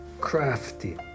crafty